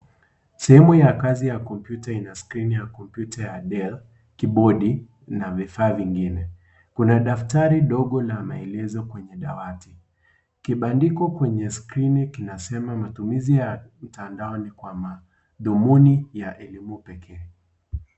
Sehemu ya kazi ya kompyuta ina skrini ya kompyuta ya DELL, kibodi na vifaa vingine kuna daftari dogo na inaeleza kwenye dawati. Kibandiko kwenye skrini kinasema matumizi ya mtandaoni kwa madhumuni ya elimu pekee.